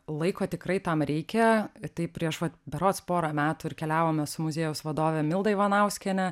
laiko tikrai tam reikia tai prieš vat berods porą metų ir keliavome su muziejaus vadove milda ivanauskiene